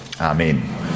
Amen